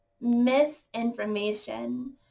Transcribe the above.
misinformation